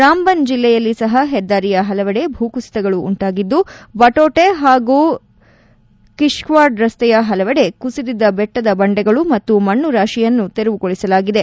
ರಾಂಬನ್ ಜಿಲ್ಲೆಯಲ್ಲಿ ಸಹ ಹೆದ್ದಾರಿಯ ಹಲವೆಡೆ ಭೂಕುಸಿತಗಳು ಉಂಟಾಗಿದ್ದು ಬಟೋಟೆ ಹಾಗೂ ಕಿಷ್ಟಾಡ್ ರಸ್ತೆಯ ಹಲವೆಡೆ ಕುಸಿದಿದ್ದ ಬೆಟ್ಟದ ಬಂಡೆಗಳು ಮತ್ತು ಮಣ್ಣು ರಾತಿಯನ್ನು ತೆರವುಗೊಳಿಸಲಾಗಿದೆ